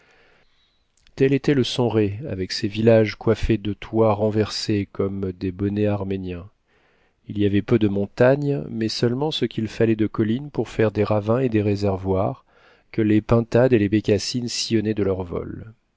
tel était le sonray avec ses villages coiffés de toits renversés comme des bonnets arméniens il y avait peu de montagnes mais seulement ce quil fallait de collines pour faire des ravins et des réservoirs que les pintades et les bécassines sillonnaient de leur vol